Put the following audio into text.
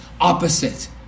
opposite